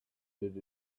did